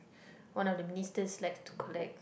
one of the misters like to collect